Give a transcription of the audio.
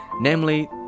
namely